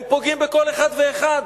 הם פוגעים בכל אחד ואחד.